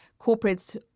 corporates